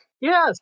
Yes